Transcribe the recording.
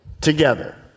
together